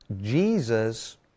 Jesus